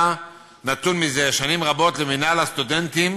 נתון מזה שנים רבות למינהל הסטודנטים